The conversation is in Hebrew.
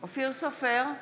אופיר סופר,